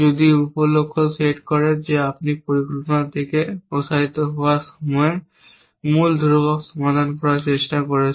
যদি উপ লক্ষ্য সেট করে যে আপনি পরিকল্পনা থেকে প্রসারিত হওয়ার সময় মূল ধ্রুবক সমাধান করার চেষ্টা করছেন